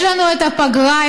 יש לנו את הפגרה,